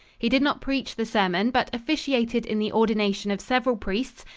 he did not preach the sermon but officiated in the ordination of several priests,